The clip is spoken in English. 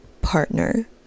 partner